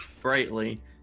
brightly